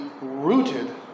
rooted